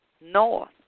north